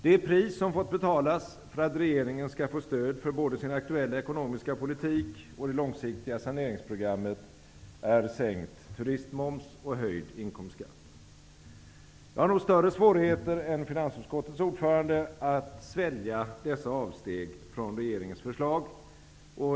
Det pris som fått betalas för att regeringen skall få stöd för både sin aktuella ekonomiska politik och det långsiktiga saneringsprogrammet är sänkt turistmoms och höjd inkomstskatt. Jag har nog större svårigheter än finansutskottets orförande att svälja dessa avsteg från regeringens förslag.